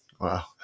Wow